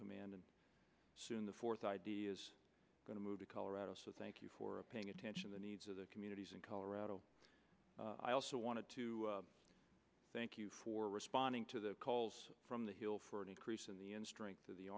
command and soon the fourth i d is going to move to colorado so thank you for paying attention the needs of the communities in colorado i also want to thank you for responding to the calls from the hill for an increase in the end strength of the